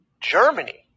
Germany